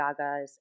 Gagas